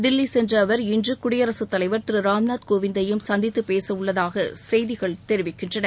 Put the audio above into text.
தில்லி சென்ற அவர் இன்று குடியரசுத் தலைவர் திரு ராம்நாத் கோவிந்தையும் சந்தித்து பேசவுள்ளதாக செய்திகள் தெரிவிக்கின்றன